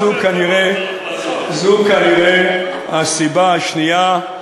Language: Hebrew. אז זו כנראה הסיבה השנייה.